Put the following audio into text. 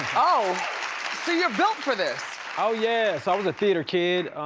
oh, so you're built for this. oh, yeah, so i was a theater kid,